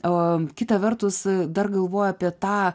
o kita vertus dar galvoju apie tą